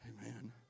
Amen